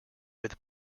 with